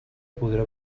podrà